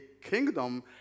kingdom